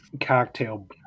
cocktail